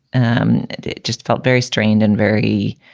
um it just felt very strained and very,